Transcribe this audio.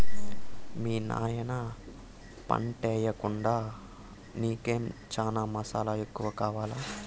మీ నాయన పంటయ్యెకుండాడు నీకేమో చనా మసాలా ఎక్కువ కావాలా